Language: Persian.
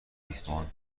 ریسمان